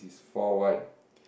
four one